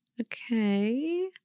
okay